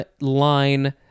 line